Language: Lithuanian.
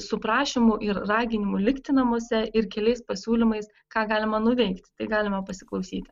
su prašymu ir raginimu likti namuose ir keliais pasiūlymais ką galima nuveikti tai galima pasiklausyti